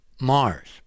Mars